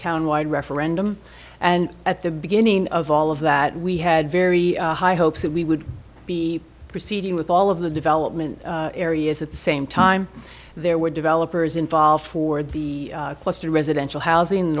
town wide referendum and at the beginning of all of that we had very high hopes that we would be proceeding with all of the development areas at the same time there were developers involved for the cluster residential housing